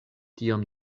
tiom